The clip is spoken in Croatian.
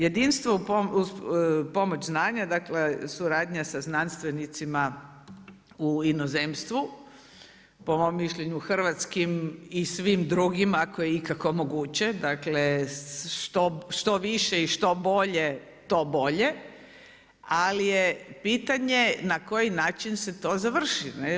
Jedinstvo uz pomoć znanja, dakle suradnja sa znanstvenicima u inozemstvu po mom mišljenju hrvatskim i svim drugim ako je ikako moguće, dakle što više i što bolje to bolje ali je pitanje na koji način se to završi.